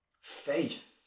Faith